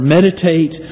Meditate